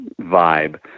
vibe